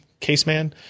caseman